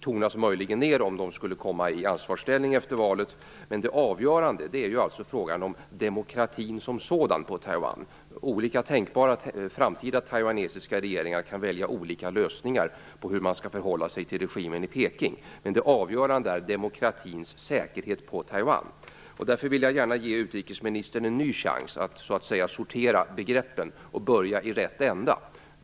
tonas möjligen ned om det skulle komma i ansvarsställning efter valet, men det avgörande är frågan om demokratin som sådan på Taiwan. Olika tänkbara framtida taiwanesiska regeringar kan välja olika lösningar på hur man skall förhålla sig till regimen i Peking, men det avgörande är säkerheten för demokratin på Taiwan. Jag vill därför gärna ge utrikesministern en ny chans att sortera begreppen och börja i rätt ände.